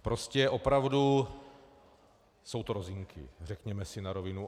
Prostě opravdu jsou to rozinky, řekněme si na rovinu.